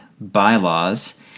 bylaws